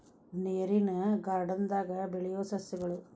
ನೇರಿನ ಗಾರ್ಡನ್ ದಾಗ ಬೆಳಿಯು ಸಸ್ಯಗಳು